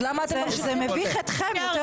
אז למה אתם ממשיכים את זה?